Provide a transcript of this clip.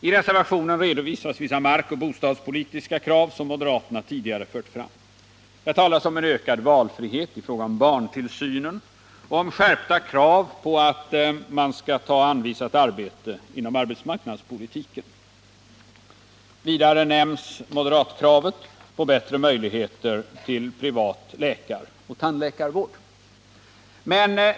I reservationen redovisas vissa markoch bostadspolitiska krav som moderaterna tidigare fört fram. Där talas om en ökad valfrihet i fråga om barntillsynen och om skärpta krav på att man skall ta anvisat arbete inom arbetsmarknadspolitiken. Vidare nämns moderatkravet på bättre möjligheter för privat läkaroch tandläkarvård.